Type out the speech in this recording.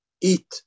eat